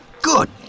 Good